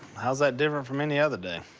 how's that different from any other day?